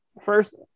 first –